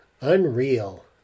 unreal